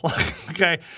okay